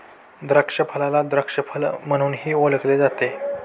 द्राक्षफळाला द्राक्ष फळ म्हणूनही ओळखले जाते